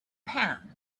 pan